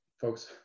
folks